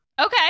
Okay